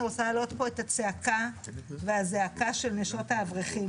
אני רוצה להעלות פה את הצעקה והזעקה של נשות האברכים.